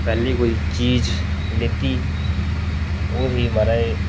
पैह्ली जेह्की चीज़ ओह् ही म्हाराज